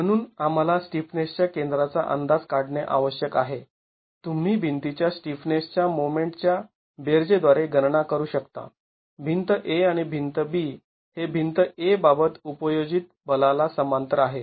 म्हणून आम्हाला स्टिफनेसच्या केंद्राचा अंदाज काढणे आवश्यक आहे तुम्ही भिंती च्या स्टिफनेसच्या मोमेंट च्या बेरजे द्वारे गणना करू शकता भिंत A आणि भिंत B हे भिंत A बाबत उपयोजित बलाला समांतर आहे